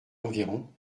environ